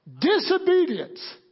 Disobedience